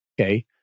Okay